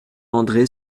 andré